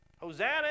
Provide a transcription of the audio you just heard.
hosanna